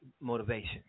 motivation